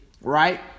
right